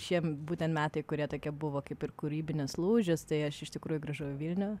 šie būtent metai kurie tokie buvo kaip ir kūrybinis lūžis tai aš iš tikrųjų grįžau į vilnių